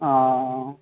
ആ ആ ആ